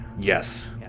Yes